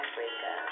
Africa